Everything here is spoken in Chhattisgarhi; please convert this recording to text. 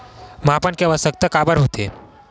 मापन के आवश्कता काबर होथे?